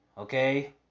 Okay